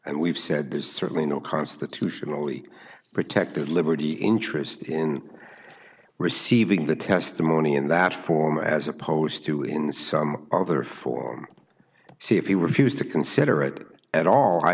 and we've said there's certainly no constitutionally protected liberty interest in receiving the testimony in that form as opposed to in some other form see if you refuse to consider it at all i